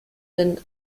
den